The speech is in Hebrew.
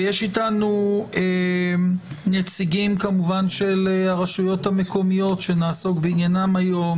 נמצאים איתנו נציגי הרשויות המקומיות בעניינן נעסוק היום.